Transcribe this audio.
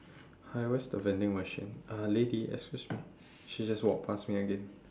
hi where's the vending machine uh lady excuse me she just walked past me again